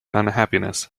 unhappiness